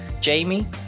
jamie